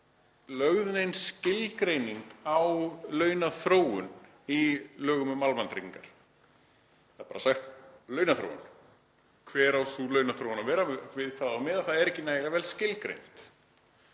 engin skilgreining á launaþróun í lögum um almannatryggingar. Það er bara sagt: launaþróun. Hver á sú launaþróun að vera, við hvað á að miða? Það er ekki nægilega vel skilgreint.